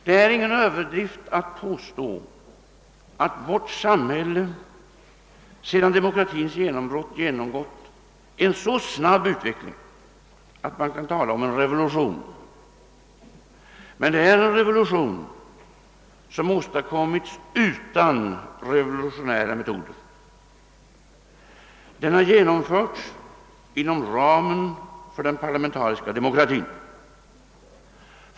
Det är ingen överdrift att påstå att vårt samälle, sedan demokratins genombrott, genomgått en så snabb utveckling att man kan tala om en revolution — men en revolution som åstadkommits utan revolutionära metoder. Den har genomförts inom ramen för den parlamentariska demokratin.